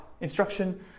Instruction